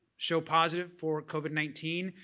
so positive for covid nineteen.